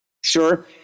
sure